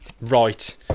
Right